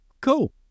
cool